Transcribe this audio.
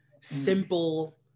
simple